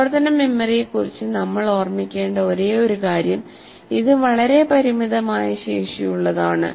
പ്രവർത്തന മെമ്മറിയെക്കുറിച്ച് നമ്മൾ ഓർമ്മിക്കേണ്ട ഒരേയൊരു കാര്യം ഇത് വളരെ പരിമിതമായ ശേഷിയുള്ളതാണ്